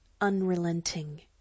unrelenting